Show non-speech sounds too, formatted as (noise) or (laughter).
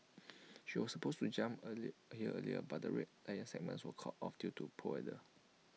(noise) she was supposed to jump A leap A year earlier but the Red Lions segment was called off due to poor weather